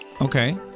okay